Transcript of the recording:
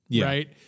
right